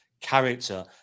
character